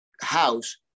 House